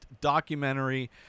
documentary